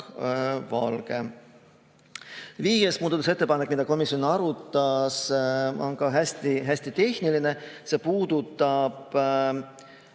Valge. Viies muudatusettepanek, mida komisjon arutas, on hästi-hästi tehniline. See puudutab